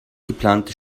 geplante